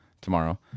tomorrow